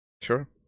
Sure